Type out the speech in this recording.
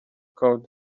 code